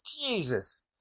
Jesus